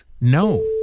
No